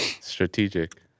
Strategic